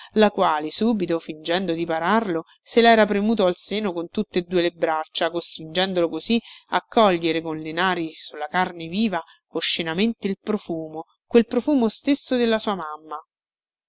la quale subito fingendo di pararlo se lera premuto al seno con tutte e due le braccia costringendolo così a cogliere con le nari sulla carne viva oscenamente il profumo quel profumo stesso della sua mamma